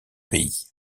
pays